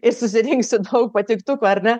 ir susirinksit patiktukų ar ne